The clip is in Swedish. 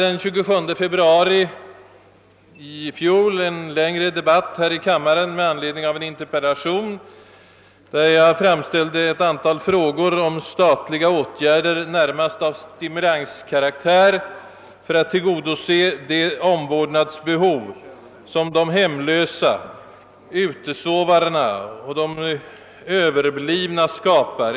Den 27 februari i fjol hade vi här i kammaren en längre debatt i anledning av en interpellation, där jag framställt en rad frågor om statliga åtgärder, närmast av stimulanskaraktär, för att tillgodose det omvårdnadsbehov som de hemlösa, »utesovarna» och »överblivna» skapar.